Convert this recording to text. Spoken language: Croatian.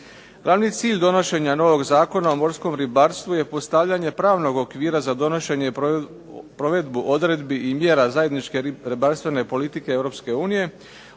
Glavni cilj donošenja novog Zakona o morskom ribarstvu je postavljanje pravnog okvira za donošenje i provedbu odredbi i mjera zajedničke ribarstvene politike EU